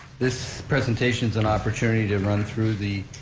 this presentation's an opportunity to run through the